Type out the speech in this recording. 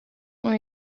ont